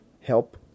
help